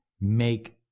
make